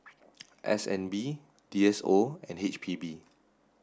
S N B D S O and H P B